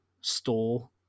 store